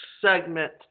segment